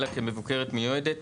אלא כמבוקרת מיועדת?